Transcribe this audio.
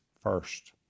first